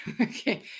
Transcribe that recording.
Okay